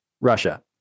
Russia